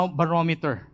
barometer